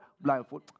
Blindfold